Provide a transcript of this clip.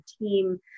team